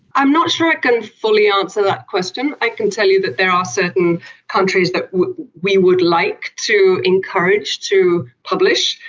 i'm not sure i can fully answer that question. i can tell you that there are certain countries that we would like to encourage to publish,